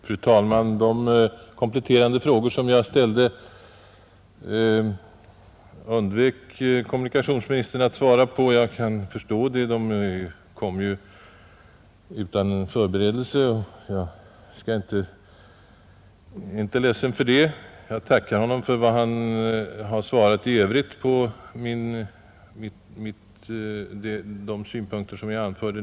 Fru talman! Kommunikationsministern undvek att svara på de kompletterande frågor jag ställde. Jag har förståelse för detta, då frågorna kom utan förberedelse. Jag är inte heller ledsen för detta utan tackar för de svar i övrigt som kommunikationsministern lämnade.